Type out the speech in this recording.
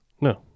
No